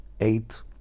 eight